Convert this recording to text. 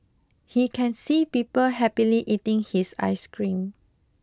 he can see people happily eating his ice cream